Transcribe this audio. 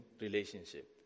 relationship